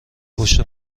پشت